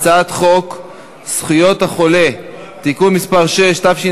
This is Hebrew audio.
הצעת חוק לתיקון פקודת המלט (מס' 2)